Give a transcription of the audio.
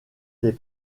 des